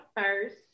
first